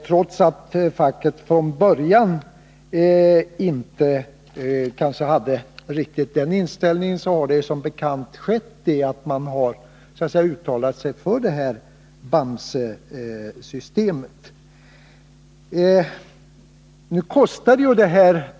Trots att facket från början kanske inte hade riktigt den inställningen, har man som bekant uttalat sig för BAMSE-systemet.